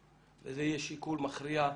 וזה יהיה שיקול מכריע,